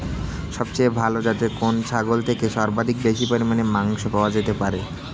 সবচেয়ে ভালো যাতে কোন ছাগল থেকে সর্বাধিক বেশি পরিমাণে মাংস পাওয়া যেতে পারে?